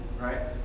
right